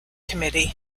committee